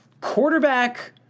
quarterback